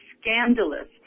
scandalous